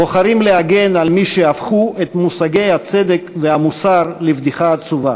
בוחרים להגן על מי שהפכו את מושגי הצדק והמוסר לבדיחה עצובה.